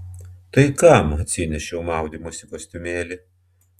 tai kam atsinešiau maudymosi kostiumėlį